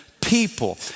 people